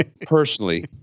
personally